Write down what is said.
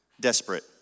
desperate